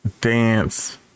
dance